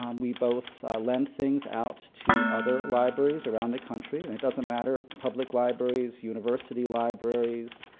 um we both lend things out to other libraries around the country, and it doesn't matter, public libraries, university libraries,